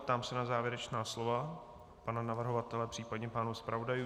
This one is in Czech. Ptám se na závěrečná slova pana navrhovatele případně pánů zpravodajů.